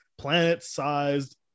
planet-sized